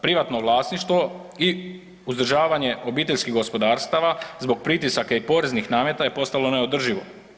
Privatno vlasništvo i uzdržavanje obiteljskih gospodarstava zbog pritisaka i poreznih nameta je postalo neodrživo.